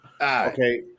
Okay